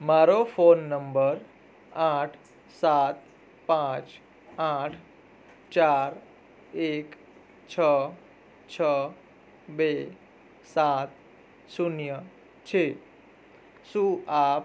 મારો phone number આઠ સાત પાંચ આઠ ચાર એક છ છ બે સાત શૂન્ય છે શું આપ